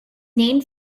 named